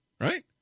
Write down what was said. right